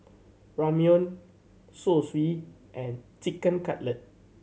Ramyeon Zosui and Chicken Cutlet